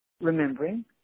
Remembering